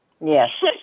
yes